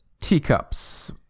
Teacups